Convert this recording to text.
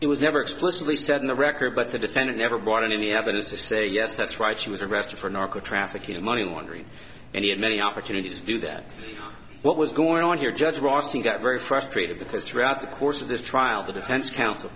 it was never explicitly said in the record but the defendant never brought any evidence to say yes that's right she was arrested for narco trafficking and money laundering and he had many opportunities to do that what was going on here judge ross he got very frustrated because throughout the course of this trial the defense counsel